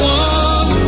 one